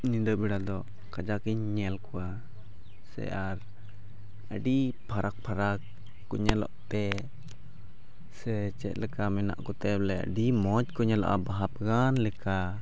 ᱧᱤᱫᱟᱹ ᱵᱮᱲᱟ ᱫᱚ ᱠᱟᱡᱟᱠᱤᱧ ᱧᱮᱞ ᱠᱚᱣᱟ ᱥᱮ ᱟᱨ ᱟᱹᱰᱤ ᱯᱷᱟᱨᱟᱠ ᱯᱷᱟᱨᱟᱠ ᱠᱚ ᱧᱮᱞᱚᱜ ᱛᱮ ᱥᱮ ᱪᱮᱫᱞᱮᱠᱟ ᱢᱮᱱᱟᱜ ᱠᱚᱛᱮ ᱵᱚᱞᱮ ᱟᱹᱰᱤ ᱢᱚᱡᱽ ᱠᱚ ᱧᱮᱞᱚᱜᱼᱟ ᱵᱟᱦᱟ ᱵᱟᱜᱟᱱ ᱞᱮᱠᱟ